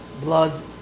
blood